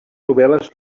novel·les